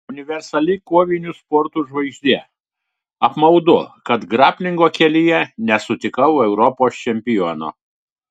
universali kovinių sportų žvaigždė apmaudu kad graplingo kelyje nesutikau europos čempiono